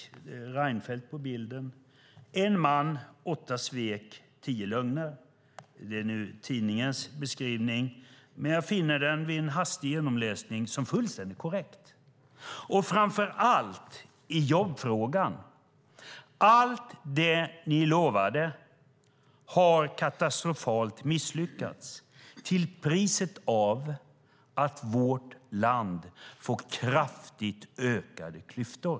Man hade bild på Reinfeldt och texten: En man, åtta svek, tio lögner. Det är förvisso tidningens beskrivning, men vid en hastig genomläsning av artikeln finner jag den som fullständigt korrekt. Framför allt gäller det jobbfrågan. Allt det ni lovade har katastrofalt misslyckats - till priset av att vårt land fått kraftigt ökade klyftor.